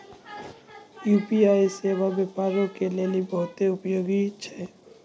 UPI सेबा व्यापारो के लेली बहुते उपयोगी छै